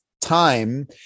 time